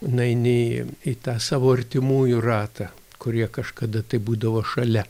nueini į į tą savo artimųjų ratą kurie kažkada tai būdavo šalia